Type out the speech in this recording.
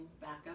backup